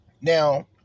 Now